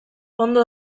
ondo